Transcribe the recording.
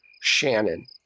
Shannon